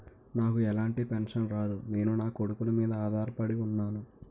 నాకు ఎలాంటి పెన్షన్ రాదు నేను నాకొడుకుల మీద ఆధార్ పడి ఉన్నాను